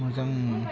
मोजां मोनो